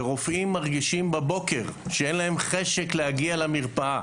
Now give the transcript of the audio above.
ורופאים מרגישים בבוקר שאין להם חשק להגיע למרפאה.